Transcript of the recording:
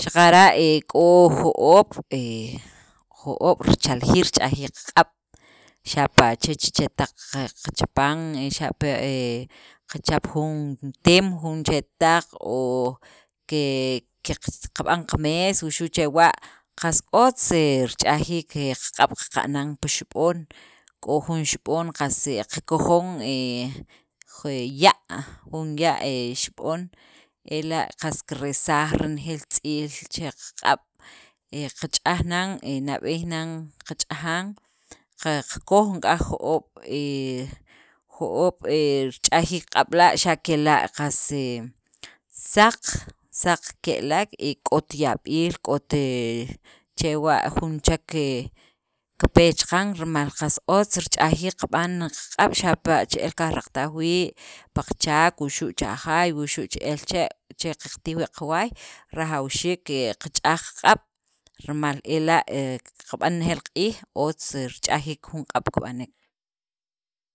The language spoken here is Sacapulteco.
xaqara' he k'o jo'oob' he jo'oob' richaljiil rich'ajiik qaq'ab', xapa' chech chetaq qe qachapan xape he jun teem, jun chetaq o ke qeq qab'an qamees wuxu' chewa' qas otz he rich'ajiik he qaq'ab' qaqa'nan pi xab'on, k'o jun xb'on qas qakojon he j ya' jun ya' he xb'on, ela' qas kirelsaj renejeel tz'iil che qaqab', qach'ajnan nab'eey qach'ajan, qakojon k'aj jo'oob' he jo'oob' ch'ajiik q'ab' la', xa' kela' qas saq saq ke'lek y k'ot yab'iil, k'ot he chewa' jun chek he kipe chaqan rimal qas otz rich'ajiik qab'an qaq'ab' xapa' che'el kajraqataj wii' pi qachaak wuxu' cha jaay wuxu' che'el che', che qatij wii' qawaay rajawxiik he qe qach'aj qaq'ab' rimal ela' qab'an renejeel q'iij, otz ch'ajiik jun q'ab' kib'anek.